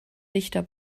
dichter